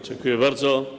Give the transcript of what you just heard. Dziękuję bardzo.